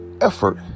effort